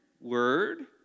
Word